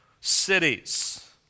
cities